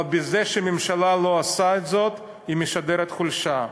אבל בזה שהממשלה לא עושה את זאת היא משדרת חולשה.